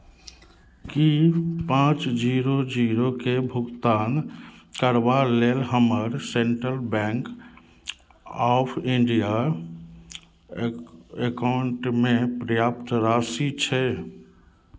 की पाँच जीरो जीरोके भुगतान करबा लेल हमर सेंट्रल बैंक ऑफ इंडिया ए एकाउंटमे पर्याप्त राशि छै